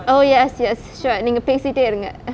oh yes yes sure நீங்க பேசிட்டே இருங்க:nengge pesitte irungae